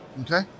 Okay